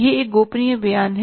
यह एक गोपनीय बयान है